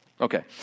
Okay